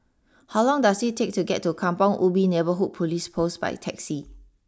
how long does it take to get to Kampong Ubi Neighbourhood police post by taxi